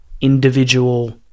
individual